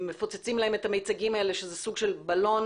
מפוצצים להם את המיצגים האלה שזה סוג של בלון.